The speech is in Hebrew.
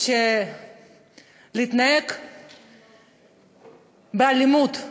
להתנהג באלימות,